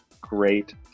great